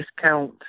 discount